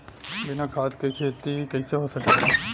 बिना खाद के खेती कइसे हो सकेला?